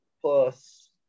plus